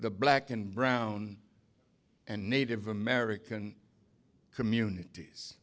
the black and brown and native american communities